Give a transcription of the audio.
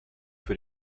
für